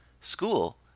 school